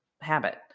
habit